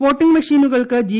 voting മെഷീനുകൾക്ക് G